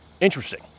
interesting